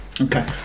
Okay